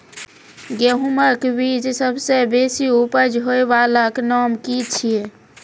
गेहूँमक बीज सबसे बेसी उपज होय वालाक नाम की छियै?